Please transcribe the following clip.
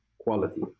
quality